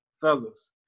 fellas